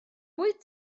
wyt